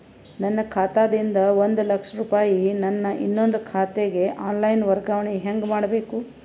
ನನ್ನ ಖಾತಾ ದಿಂದ ಒಂದ ಲಕ್ಷ ರೂಪಾಯಿ ನನ್ನ ಇನ್ನೊಂದು ಖಾತೆಗೆ ಆನ್ ಲೈನ್ ವರ್ಗಾವಣೆ ಹೆಂಗ ಮಾಡಬೇಕು?